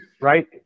right